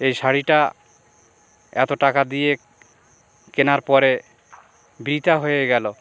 এই শাড়িটা এতো টাকা দিয়ে কেনার পরে বৃথা হয়ে গেল